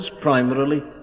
primarily